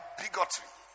bigotry